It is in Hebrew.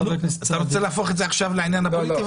חבר הכנסת סעדי --- אתה רוצה להפוך את זה עכשיו לעניין פוליטי?